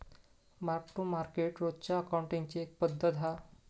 mark to market रोजच्या अकाउंटींगची एक पद्धत हा